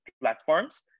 platforms